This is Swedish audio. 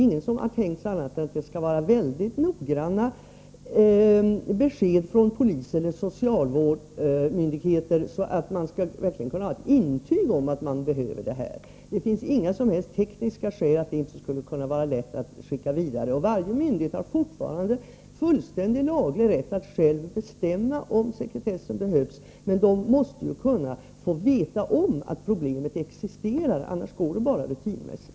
Ingen har tänkt något annat än att det skall krävas mycket noggranna besked från polis eller socialvårdsmyndigheter, exempelvis genom ett intyg att man är i behov av det. Det finns inga som helst tekniska skäl att informationen inte skulle kunna skickas vidare. Varje myndighet har fortfarande fullständig laglig rätt att själv bestämma om sekretessen behövs. Men alla måste få veta om att problemet existerar. I annat fall sköts det rutinmässigt.